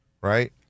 right